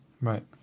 Right